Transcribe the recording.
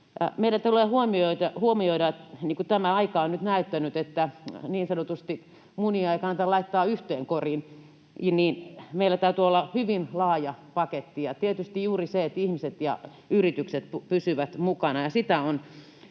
aika on nyt näyttänyt, että niin sanotusti munia ei kannata laittaa yhteen koriin, joten meillä täytyy olla hyvin laaja paketti, ja tietysti juuri se, että ihmiset ja yritykset pysyvät mukana. Sitä on